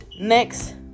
next